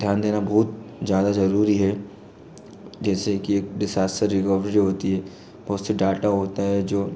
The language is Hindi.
ध्यान देना बहुत ज़्यादा जरूरी है जैसे कि एक डिजास्टर रिकवरी होती है बहुत से डाटा होता है जो